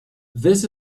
this